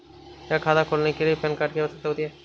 क्या खाता खोलने के लिए पैन कार्ड की आवश्यकता होती है?